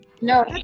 no